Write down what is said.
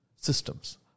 systems